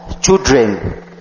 children